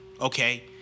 okay